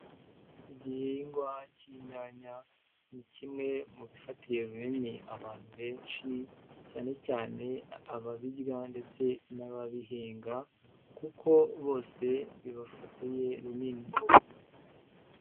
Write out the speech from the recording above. Igihingwa cy'inyanya ni kimwe mu bifatiye runini abantu benshi cyane cyane ababirya ndetse n'ababihinga kuko bose bibafatiye runini.